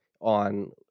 on